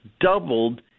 doubled